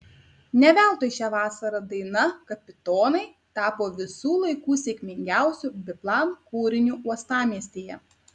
ne veltui šią vasarą daina kapitonai tapo visų laikų sėkmingiausiu biplan kūriniu uostamiestyje